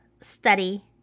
study